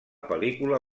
pel·lícula